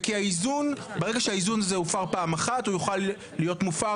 וכי האיזון ברגע שהאיזון הזה הופר פעם אחת הוא יוכל להיות מופר